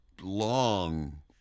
long